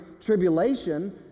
tribulation